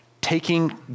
taking